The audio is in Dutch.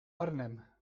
arnhem